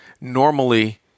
normally